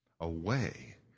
away